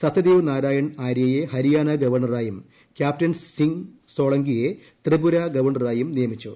സിത്യദേവ് നാരായണൻ ആര്യയെ ഹരിയാന ഗവർണ്ണറായും കൃട്ടാപ്റ്റൻ സിംഗ് സോളങ്കിയെ ത്രിപുര ഗവർണ്ണറായും നിയമിച്ചു